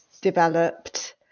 developed